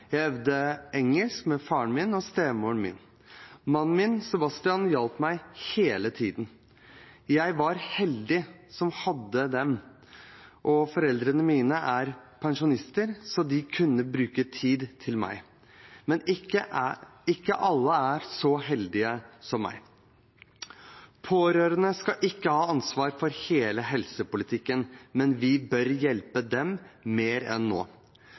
Jeg øvde på engelsk med faren min og stemoren min. Mannen min, Sebastian, hjalp meg hele tiden. Jeg var heldig som hadde dem, og foreldrene mine er pensjonister, så de kunne bruke tid på meg. Men ikke alle er så heldige som meg. Pårørende skal ikke ha ansvar for hele helsepolitikken; vi bør hjelpe dem mer enn nå.